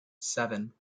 seven